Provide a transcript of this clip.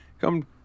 come